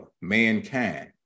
mankind